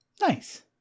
Nice